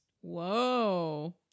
Whoa